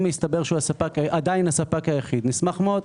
אם יסתבר שהוא עדיין הספק היחיד נשמח מאוד,